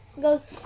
goes